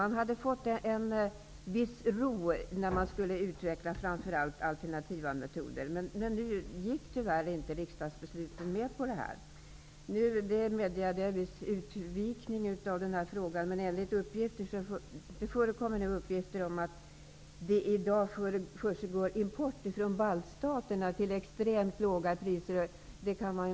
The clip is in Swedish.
Man hade fått en viss ro vid utvecklandet av framför allt alternativa metoder. Riskdagsbeslutet medgav tyvärr inte detta. Jag medger att det blir en viss utvikning av frågan. Men det förekommer uppgifter om att det i dag försiggår en import från baltstaterna. Det handlar om extremt låga priser.